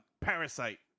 Parasite